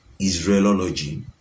Israelology